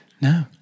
No